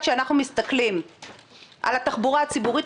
כשאנחנו מסתכלים על התחבורה הציבורית,